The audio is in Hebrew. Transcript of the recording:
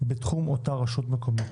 בתחום אותה רשות מקומית,